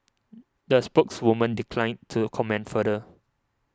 the spokeswoman declined to comment further